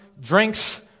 drinks